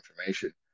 information